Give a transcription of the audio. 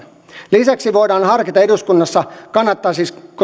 lisäksi voidaan harkita eduskunnassa kannattaisiko